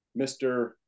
mr